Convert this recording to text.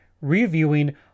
reviewing